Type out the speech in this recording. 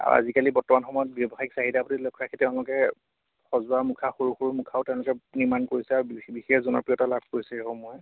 আৰু আজিকালি বৰ্তমান সময়ত ব্যৱহাৰিক চাহিদাৰ প্ৰতি লক্ষ্য খেতি তেওঁলোকে সজোৱা মুখা সৰু সৰু মুখাও তেওঁলোকে নিৰ্মাণ কৰিছে আৰু বিশেষ বিশেষ জনপ্ৰিয়তা লাভ কৰিছে সেইসমূহে